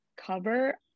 cover